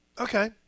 Okay